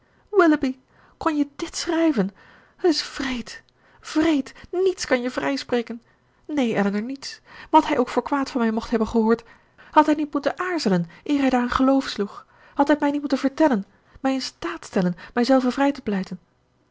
willoughby kon je dit schrijven het is wreed wreed niets kan je vrijspreken neen elinor niets wat hij ook voor kwaad van mij mocht hebben gehoord had hij niet moeten aarzelen eer hij daaraan geloof sloeg had hij het mij niet moeten vertellen mij in staat stellen mij zelve vrij te pleiten